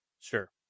Sure